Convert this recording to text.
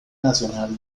nacional